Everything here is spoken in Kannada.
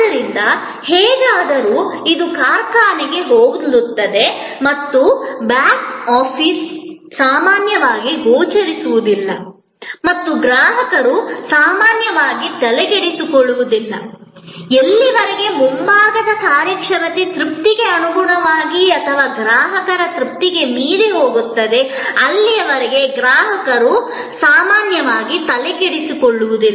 ಆದ್ದರಿಂದ ಹೇಗಾದರೂ ಇದು ಕಾರ್ಖಾನೆಗೆ ಹೋಲುತ್ತದೆ ಮತ್ತು ಬ್ಯಾಕ್ ಆಫೀಸ್ ಸಾಮಾನ್ಯವಾಗಿ ಎಲ್ಲಿಯವರೆಗೆ ಮುಂಭಾಗದ ಕಾರ್ಯಕ್ಷಮತೆ ತೃಪ್ತಿಗೆ ಅನುಗುಣವಾಗಿ ಅಥವಾ ಗ್ರಾಹಕರ ತೃಪ್ತಿಗೆ ಮೀರಿ ಹೋಗುತ್ತದೆ ಅಲ್ಲಿಯವರೆಗೆ ಗೋಚರಿಸುವುದಿಲ್ಲ ಮತ್ತು ಗ್ರಾಹಕರು ಸಾಮಾನ್ಯವಾಗಿ ತಲೆಕೆಡಿಸಿಕೊಳ್ಳುವುದಿಲ್ಲ